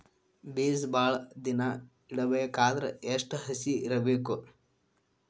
ಬೇಜ ಭಾಳ ದಿನ ಇಡಬೇಕಾದರ ಎಷ್ಟು ಹಸಿ ಇರಬೇಕು?